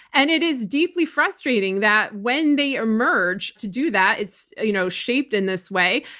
and it is deeply frustrating that when they emerge to do that, it's you know shaped in this way,